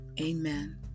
amen